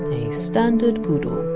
a standard poodle.